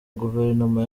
guverinoma